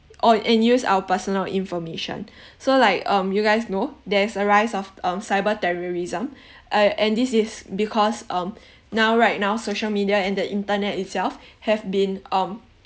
or and use our personal information so like um you guys know there's a rise of um cyberterrorism uh and this is because um now right now social media and the internet itself have been um